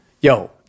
Yo